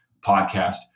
podcast